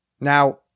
Now